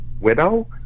widow